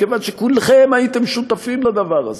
מכיוון שכולכם הייתם שותפים לדבר הזה,